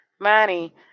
Manny